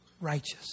righteous